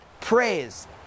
praise